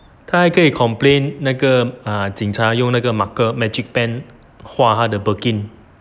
他可以 complain 那个警察用那个 marker magic pen 画他的 birkin